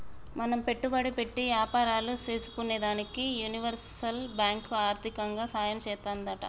మనం పెట్టుబడి పెట్టి యాపారాలు సేసుకునేదానికి యూనివర్సల్ బాంకు ఆర్దికంగా సాయం చేత్తాదంట